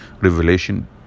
revelation